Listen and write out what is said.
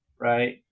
right